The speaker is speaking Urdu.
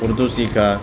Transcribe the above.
اردو سیکھا